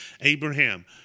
Abraham